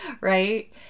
right